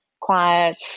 quiet